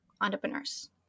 entrepreneurs